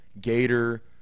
Gator